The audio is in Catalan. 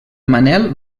manel